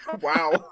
Wow